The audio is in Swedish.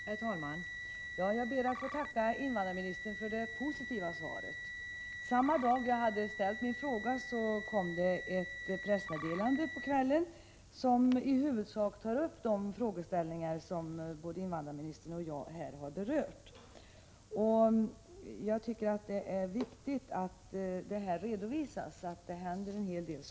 Herr talman! Jag ber att få tacka invandrarministern för det positiva svaret. Samma dag som jag ställde min fråga kom som ett brev på posten ett pressmeddelande från arbetsmarknadsdepartementet i vilket man i huvudsak tog upp de problem som invandrarministern och jag här har berört. Jag tycker att det är viktigt att det redovisas att det händer en hel del.